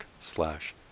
slash